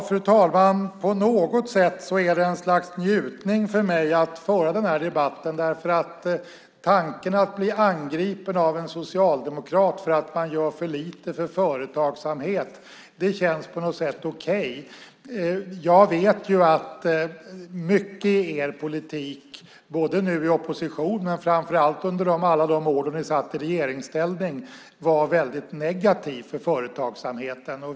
Fru talman! På något sätt är det ett slags njutning för mig att föra den här debatten. Tanken att bli angripen av en socialdemokrat för att man gör för lite för företagsamhet känns på något sätt okej. Jag vet att mycket i er politik, nu i opposition och framför allt under alla de år då ni satt i regeringsställning, är negativt för företagsamheten.